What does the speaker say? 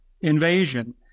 invasion